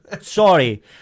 Sorry